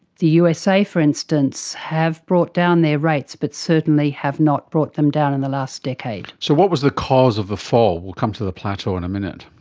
the usa, for instance, have brought down their rates but certainly have not brought them down in the last decade. so what was the cause of the fall? we will come to the plateau in a minute.